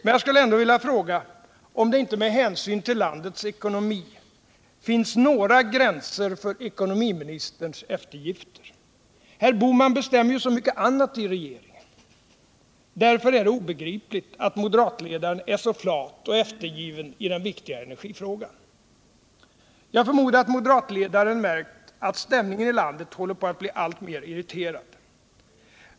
Men jag skulle ändå vilja fråga om det inte med hänsyn till landets ekonomi finns några gränser för ekonomiministerns eftergifter. Herr Bohman bestämmer ju så mycket annat i regeringen. Därför är det obegripligt att moderatledaren är så flat och eftergiven i den viktiga energifrågan. Jag förmodar att moderatledaren märkt att stämningen i landet håller på att bli alltmer irriterad.